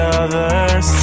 others